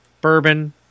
bourbon